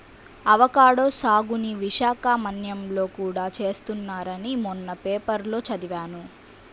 avocado సాగుని విశాఖ మన్యంలో కూడా చేస్తున్నారని మొన్న పేపర్లో చదివాను